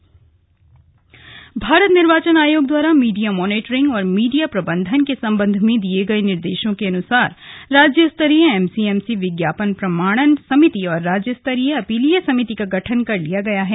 slug MCMC गठित भारत निर्वाचन आयोग द्वारा मीडिया मॉनिटरिंग और मीडिया प्रबंधन के संबंध में दिए गए निर्देशों के अनुसार राज्य स्तरीय एम सी एम सी विज्ञापन प्रमाणन समिति और राज्य स्तरीय अपीलीय समिति का गठन कर लिया गया है